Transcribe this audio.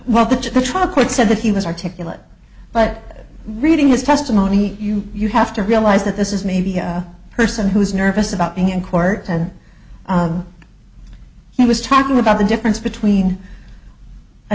what the the trial court said that he was articulate but reading his testimony you you have to realize that this is maybe a person who is nervous about being in court and he was talking about the difference between a